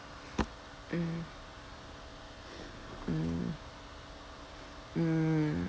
mm mm mm